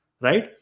Right